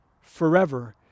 Forever